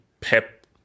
Pep